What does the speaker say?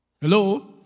Hello